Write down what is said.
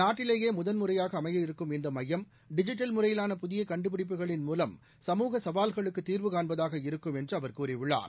நாட்டிலேயே முதன் முறையாக அமையவிருக்கும் இந்த மையம் டிஜிட்டல் முறையிலான புதிய கண்டுபிடிப்புகளின் மூலம் சமூ சவால்களுக்கு தீர்வு காண்பதாக இருக்கும் என்று அவர் கூறியுள்ளார்